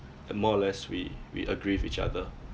more or less we we agree with each other